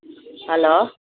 hello